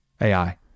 AI